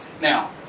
Now